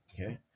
Okay